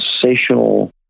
sensational